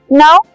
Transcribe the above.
now